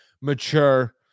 mature